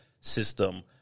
system